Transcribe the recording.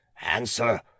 answer